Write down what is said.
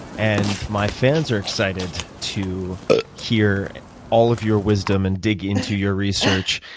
and my fans are excited to hear all of your wisdom and dig into your research.